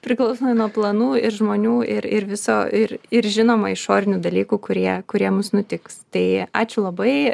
priklausomai nuo planų ir žmonių ir ir viso ir ir žinoma išorinių dalykų kurie kurie mums nutiks tai ačiū labai